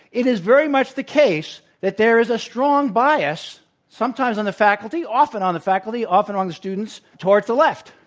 it is very much the case that there is a strong bias sometimes on the faculty, often on the faculty, often on the students towards the left.